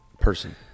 person